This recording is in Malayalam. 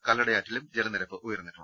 കല്ലടയാറ്റിലും ജല നിരപ്പ് ഉയർന്നിട്ടുണ്ട്